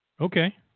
Okay